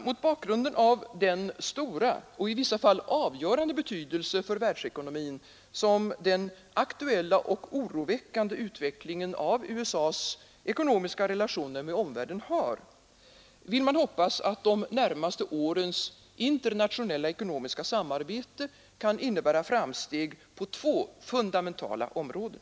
Mot bakgrunden av den stora och i vissa fall avgörande betydelse för världsekonomin som den aktuella och oroväckande utvecklingen av USA s ekonomiska relationer med omvärlden har vill man hoppas att de närmaste årens internationella ekonomiska samarbete kan innebära framsteg på två fundamentala områden.